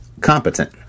competent